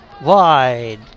wide